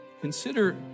Consider